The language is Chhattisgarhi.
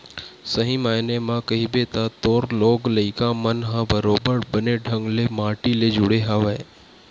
सही मायने म कहिबे त तोर लोग लइका मन ह बरोबर बने ढंग ले माटी ले जुड़े हवय